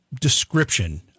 description